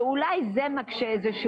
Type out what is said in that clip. שאולי זה מקשה מעט,